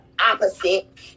opposite